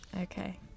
Okay